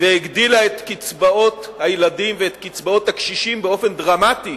והגדילה את קצבאות הילדים ואת קצבאות הקשישים באופן דרמטי